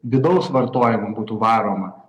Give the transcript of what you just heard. vidaus vartojimu būtų varoma